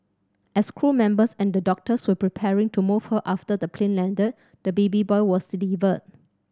as crew members and the doctors were preparing to move her after the plane landed the baby boy was delivered